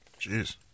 Jeez